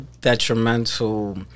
detrimental